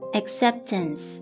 acceptance